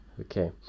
Okay